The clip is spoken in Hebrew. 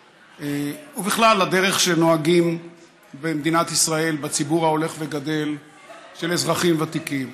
ובכלל לדרך שנוהגים במדינת ישראל בציבור ההולך וגדל של אזרחים ותיקים.